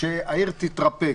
שהעיר תירפא.